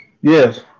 Yes